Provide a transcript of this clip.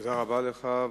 תודה רבה לך.